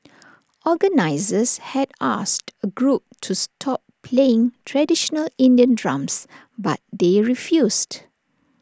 organisers had asked A group to stop playing traditional Indian drums but they refused